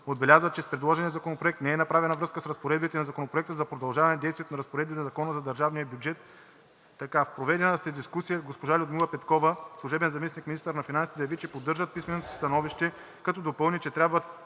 Отбелязват, че с предложения законопроект не е направена връзка с разпоредбите на Законопроекта за продължаване действието на разпоредби на Закона за държавния бюджет. В проведената дискусия госпожа Людмила Петкова – служебен заместник-министър на финансите, заяви, че поддържат писменото си становище, като допълни, че трябва